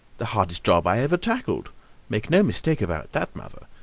the hardest job i ever tackled make no mistake about that, mother.